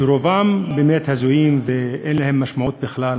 שרובם באמת הזויים ואין להם משמעות בכלל.